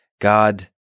God